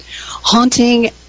Haunting